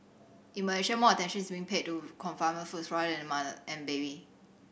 in Malaysia more attention is being paid to confinement foods rather than the mother and baby